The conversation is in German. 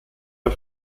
der